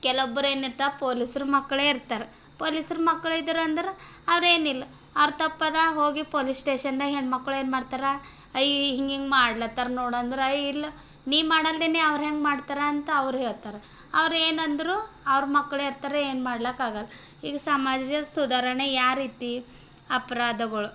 ಕೆಲೊಬ್ರು ಏನಿರ್ತಾ ಪೊಲೀಸ್ರ ಮಕ್ಕಳೆ ಇರ್ತಾರ ಪೊಲೀಸ್ರ ಮಕ್ಳು ಇದ್ರು ಅಂದ್ರೆ ಅದೇನಿಲ್ಲ ಅವ್ರ ತಪ್ಪು ಅದಾ ಹೋಗಿ ಪೊಲೀಸ್ ಸ್ಟೇಷನ್ದಾಗ ಹೆಣ್ಮಕ್ಳು ಏನು ಮಾಡ್ತಾರಾ ಈ ಹಿಂಗಿಂಗೆ ಮಾಡ್ಲತ್ತರ ನೋಡಂದ್ರೆ ಅಯ್ ಇಲ್ಲ ನೀ ಮಾಡಲ್ದೇನೆ ಅವ್ರು ಹೆಂಗೆ ಮಾಡ್ತಾರಾ ಅಂತ ಅವ್ರು ಹೇಳ್ತಾರ ಅವ್ರು ಏನಂದ್ರು ಅವ್ರ ಮಕ್ಕಳೇ ಇರ್ತಾರೆ ಏನು ಮಾಡ್ಲಕ್ಕ ಆಗಲ್ಲ ಈಗ ಸಮಾಜದ ಸುಧಾರಣೆ ಯಾ ರೀತಿ ಅಪ್ರಾಧಗಳು